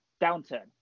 downturn